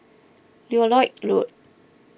Lloyd Road